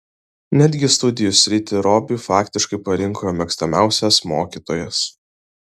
netgi studijų sritį robiui faktiškai parinko jo mėgstamiausias mokytojas